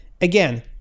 again